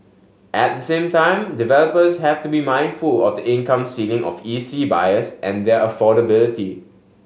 at the same time developers have to be mindful of the income ceiling of E C buyers and their affordability